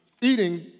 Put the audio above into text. eating